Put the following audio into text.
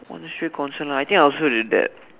what the shit question lah I think I also did that